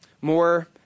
more